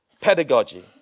pedagogy